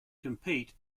compete